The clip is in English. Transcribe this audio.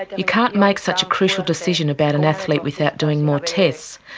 you can't make such a crucial decision about an athlete without doing more tests,